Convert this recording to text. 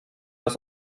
das